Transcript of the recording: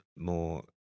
More